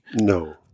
No